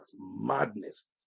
madness